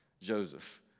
Joseph